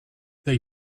they